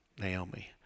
Naomi